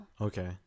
Okay